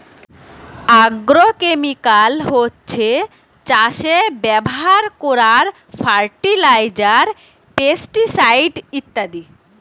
agrochemical হচ্ছে চাষে ব্যাভার কোরার ফার্টিলাইজার, পেস্টিসাইড ইত্যাদি